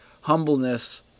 humbleness